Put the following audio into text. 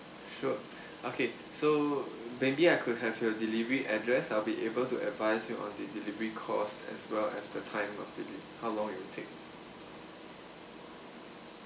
sure okay so maybe I could have your delivery address I'll be able to advise you on the delivery cost as well as the time of delivery how long it will take